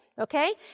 Okay